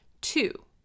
Two